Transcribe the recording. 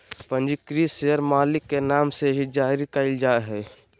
पंजीकृत शेयर मालिक के नाम से ही जारी क़इल जा हइ